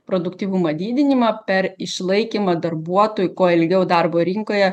produktyvumo didinimą per išlaikymą darbuotojų kuo ilgiau darbo rinkoje